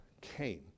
came